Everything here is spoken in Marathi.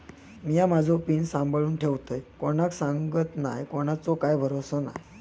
मिया माझो पिन सांभाळुन ठेवतय कोणाक सांगत नाय कोणाचो काय भरवसो नाय